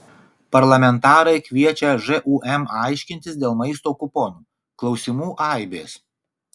parlamentarai kviečia žūm aiškintis dėl maisto kuponų klausimų aibės